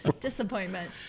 Disappointment